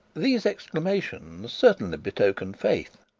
these exclamations certainly betokened faith.